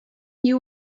you